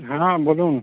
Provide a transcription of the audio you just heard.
হ্যাঁ বলুন